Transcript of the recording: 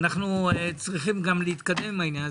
אנחנו צריכים גם להתקדם עם העניין הזה,